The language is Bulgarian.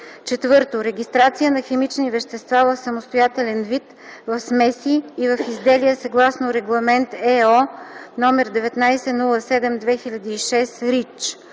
(CLP); 4. регистрация на химични вещества в самостоятелен вид, в смеси и в изделия съгласно Регламент (ЕО) № 1907/2006